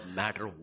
matter